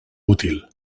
útil